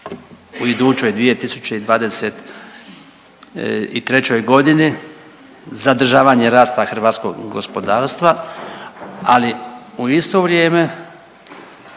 u idućoj 2023.g. zadržavanje rasta hrvatskog gospodarstva, ali u isto vrijeme